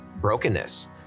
brokenness